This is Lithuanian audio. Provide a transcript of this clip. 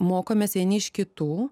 mokomės vieni iš kitų